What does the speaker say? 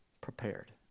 prepared